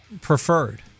preferred